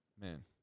Man